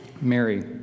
Mary